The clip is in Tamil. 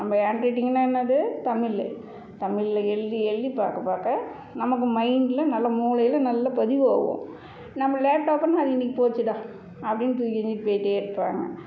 நம்ம ஹேண்ட் ரைட்டிங்குனா என்னது தமிழ் தமிழில் எழுதி எழுதி பார்க்க பார்க்க நமக்கு மைண்டில் நல்லா மூளையில் நல்லா பதிவு ஆகும் நம்ம லேப்டாப்புனா அது இன்னைக்கி போச்சுடா அப்படின்னு தூக்கி எறிஞ்சுட்டு போய்ட்டே இருப்பாங்க